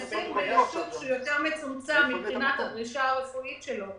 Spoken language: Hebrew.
לשים ביישוב שהוא יותר מצומצם מבחינה הדרישה הרפואית שלו,